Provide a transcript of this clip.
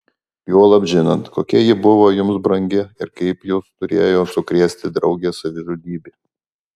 juolab žinant kokia ji buvo jums brangi ir kaip jus turėjo sukrėsti draugės savižudybė